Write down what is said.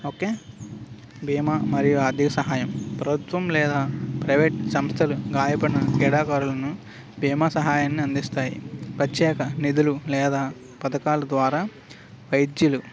okay భీమా మరియు ఆర్థిక సహాయం ప్రభుత్వం లేదా ప్రైవేట్ సంస్థలు గాయపడిన క్రీడాకారులకు భీమా సహాయాన్ని అందిస్తాయి ప్రత్యేక నిధులు లేదా పథకాల ద్వారా వైద్యులు